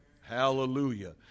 Hallelujah